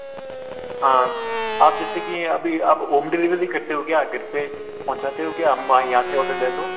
हां आप जैसे कि अभी आप होम डिलिवरी भी करते हो क्या घर पे पहुँचाते हो क्या हम यहाँ से ऑर्डर दें तो